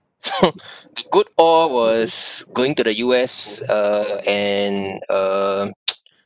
good awe was going to the U_S uh and uh